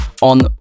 on